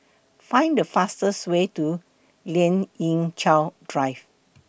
Find The fastest Way to Lien Ying Chow Drive